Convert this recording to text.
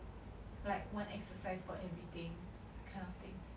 like one exercise for everything kind of thing